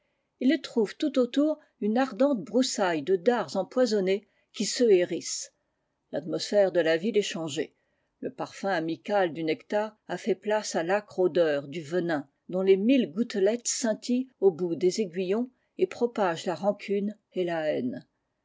ils trouvent tout autour une ardente broussaille de dards empoisonnés qui se hérissent l'atmosphère de la ville est changée le parfum amical du nectar a fait place à fâcre odeur du venin dont les mille gouttelettes scintillent au bout des aiguillons et propagent la rancune et la haine